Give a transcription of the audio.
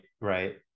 right